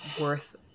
worth